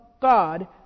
God